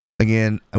again